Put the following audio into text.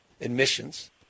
admissions